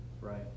right